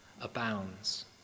abounds